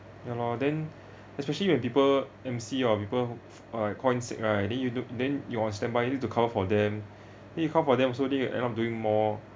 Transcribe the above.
ya lor then especially when people M_C or people who uh call in sick right then you do then you on standby you need to cover for them then you cover for them so they then you end up doing more